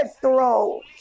throw